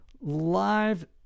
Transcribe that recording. live